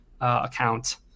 account